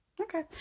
Okay